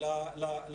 רבות לקליטה.